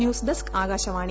news desk Akashvani